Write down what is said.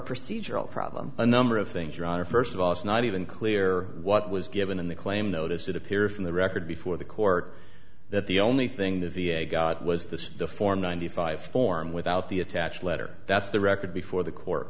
procedural problem a number of things john first of all it's not even clear what was given in the claim notice it appears from the record before the court that the only thing the v a got was this the form ninety five form without the attached letter that's the record before the court